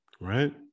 Right